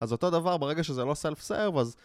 אז אותו דבר ברגע שזה לא סלף סרב אז